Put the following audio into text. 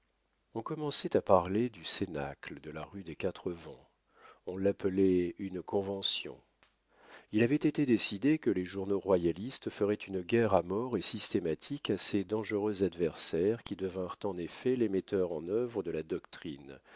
on commençait à parler du cénacle de la rue des quatre vents on l'appelait une convention il avait été décidé que les journaux royalistes feraient une guerre à mort et systématique à ces dangereux adversaires qui devinrent en effet les metteurs en œuvre de la doctrine